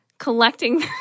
Collecting